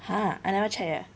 !huh! I never check eh